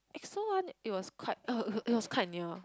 EXO [one] it was quite uh it it was quite near